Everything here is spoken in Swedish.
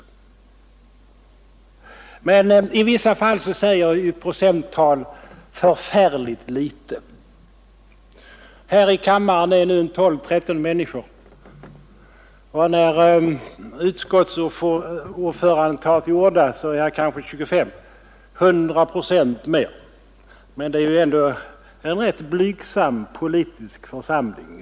Men i vissa fall säger procenttal förfärligt litet. Här i kammaren befinner sig nu 12 eller 13 människor, och när utskottets ordförande tar till orda kanske det blir 25, alltså ca 100 procent flera. Men ändå är det ju fortfarande en ytterst liten politisk församling.